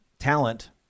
talent